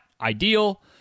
ideal